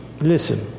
Listen